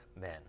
men